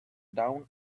down